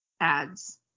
ads